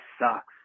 sucks